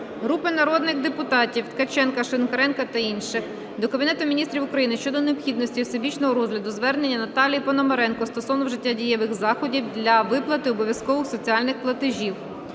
Групи народних депутатів (Ткаченка, Шинкаренка та інших) до Кабінету Міністрів України щодо необхідності всебічного розгляду звернення Наталії Пономаренко стосовно вжиття дієвих заходів для виплати обов'язкових соціальних платежів.